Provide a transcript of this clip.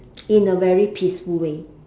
in a very peaceful way